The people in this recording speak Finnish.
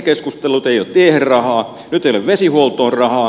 nyt ei ole vesihuoltoon rahaa